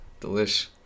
delish